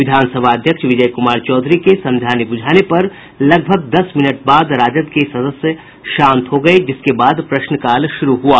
विधान सभा अध्यक्ष विजय कुमार चौधरी के समझाने बुझाने पर करीब दस मिनट बाद राजद के सदस्य शांत हो गये जिसके बाद प्रश्नकाल शुरू हुआ